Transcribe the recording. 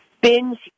binge